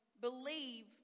believe